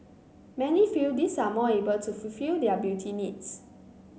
many feel these are more able to fulfil their beauty needs